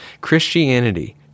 Christianity